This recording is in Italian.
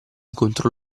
contro